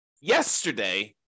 yesterday